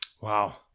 Wow